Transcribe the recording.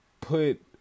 put